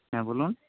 হ্যাঁ বলুন